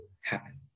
happen